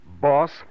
boss